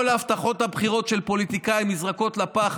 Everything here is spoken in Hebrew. כל הבטחות הבחירות של הפוליטיקאים נזרקות לפח.